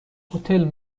هتل